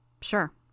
Sure